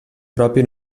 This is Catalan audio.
propi